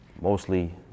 mostly